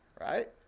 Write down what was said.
right